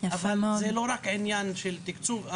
אבל זה לא רק עניין של תקצוב,